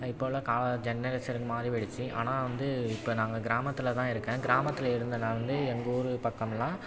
இப்போ உள்ள கால ஜென்னரேஷன் மாறிவிடுச்சி ஆனால் வந்து இப்போ நாங்கள் கிராமத்தில் தான் இருக்கேன் கிராமத்தில் இருந்த நான் வந்து எங்கள் ஊரு பக்கம்லாம்